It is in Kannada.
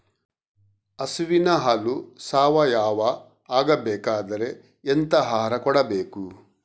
ಹಸುವಿನ ಹಾಲು ಸಾವಯಾವ ಆಗ್ಬೇಕಾದ್ರೆ ಎಂತ ಆಹಾರ ಕೊಡಬೇಕು?